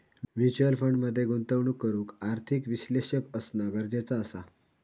mutual fund मध्ये गुंतवणूक करूक आर्थिक विश्लेषक असना गरजेचा असा